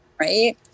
right